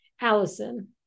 Allison